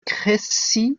crécy